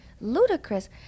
ludicrous